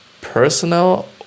personal